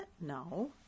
No